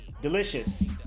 Delicious